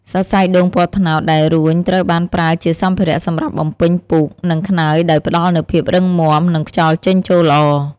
សរសៃដូងពណ៌ត្នោតដែលរួញត្រូវបានប្រើជាសម្ភារៈសម្រាប់បំពេញពូក និងខ្នើយដោយផ្តល់នូវភាពរឹងមាំ និងខ្យល់ចេញចូលល្អ។